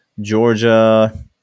georgia